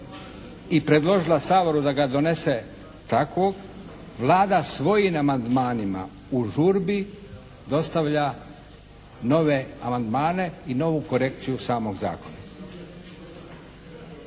i predložila Saboru da ga donese takvog Vlada svojim amandmanima u žurbi dostavlja nove amandmane i novu korekciju samog zakona.